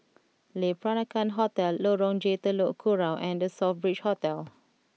Le Peranakan Hotel Lorong J Telok Kurau and The Southbridge Hotel